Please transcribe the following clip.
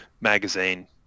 magazine